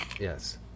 Yes